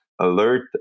alert